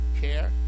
care